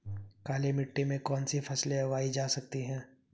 काली मिट्टी में कौनसी फसलें उगाई जा सकती हैं?